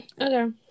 Okay